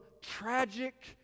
tragic